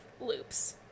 loops